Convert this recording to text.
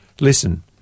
listen